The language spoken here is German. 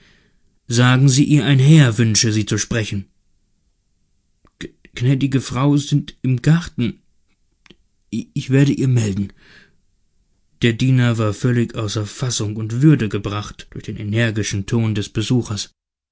frau sagen sie ihr ein herr wünsche sie zu sprechen gnädige frau sind im garten ich werde ihr melden der diener war völlig außer fassung und würde gebracht durch den energischen ton des besuchers